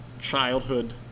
childhood